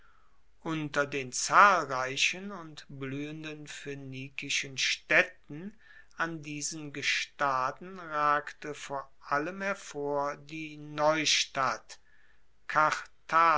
unter den zahlreichen und bluehenden phoenikischen staedten an diesen gestaden ragte vor allem hervor die neustadt